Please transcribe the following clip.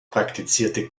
praktizierte